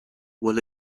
will